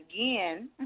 again